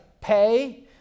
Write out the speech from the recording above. pay